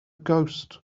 ghost